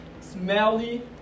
smelly